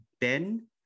Ben